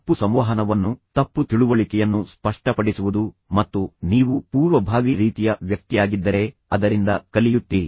ತಪ್ಪು ಸಂವಹನವನ್ನು ಸ್ಪಷ್ಟಪಡಿಸುವುದು ತಪ್ಪು ತಿಳುವಳಿಕೆಯನ್ನು ಸ್ಪಷ್ಟಪಡಿಸುವುದು ಮತ್ತು ನೀವು ಪೂರ್ವಭಾವಿ ರೀತಿಯ ವ್ಯಕ್ತಿಯಾಗಿದ್ದರೆ ನೀವು ಅದರಿಂದ ಕಲಿಯುತ್ತೀರಿ